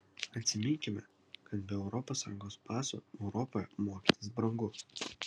atsiminkime kad be europos sąjungos paso europoje mokytis brangu